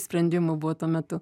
sprendimų buvo tuo metu